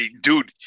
dude